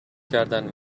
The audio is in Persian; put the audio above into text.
کردند